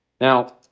Now